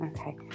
okay